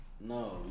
No